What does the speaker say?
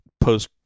post